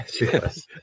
yes